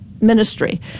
ministry